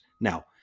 now